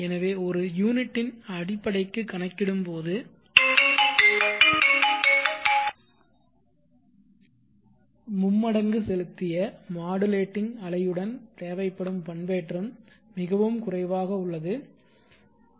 எனவே ஒரு யூனிட்டின் அடிப்படைக்கு கணக்கிடும்போது மும்மடங்கு செலுத்திய மாடுலேட்டிங் அலையுடன் தேவைப்படும் பண்பேற்றம் மிகவும் குறைவாக உள்ளது 0